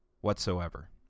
Whatsoever